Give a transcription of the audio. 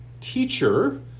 teacher